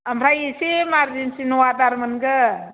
आमफ्राय एसे इमारजेनसि अवादार मोनगोन